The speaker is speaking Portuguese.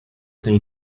tem